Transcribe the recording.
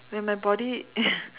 when my body